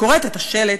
קוראת את השלט,